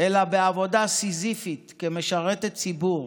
אלא בעבודה סיזיפית כמשרתי ציבור,